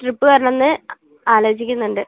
trip വരണമോ എന്ന് ആലോചിക്കുന്നുണ്ട്